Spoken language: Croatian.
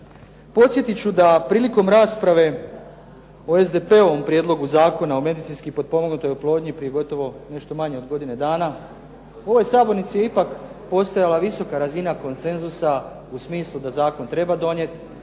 Podsjetit ću da prilikom rasprave o SDP-ovom Prijedlogu zakona o medicinski potpomognutoj oplodnji prije gotovo nešto manje od godine dana u ovoj Sabornici je postojala ipak visoka razina konsenzusa u smislu da zakon treba donijeti,